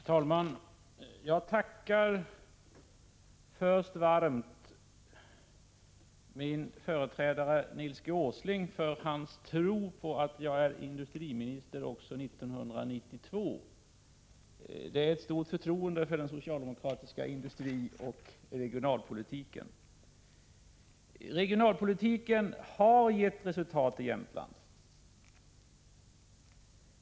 Herr talman! Jag tackar först varmt min företrädare Nils G. Åsling för hans tro på att jag är industriminister även 1992. Det är ett stort förtroende för den socialdemokratiska industrioch regionalpolitiken. Regionalpolitiken har gett resultat i Jämtland.